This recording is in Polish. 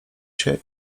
się